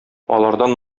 алардан